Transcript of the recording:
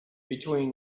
between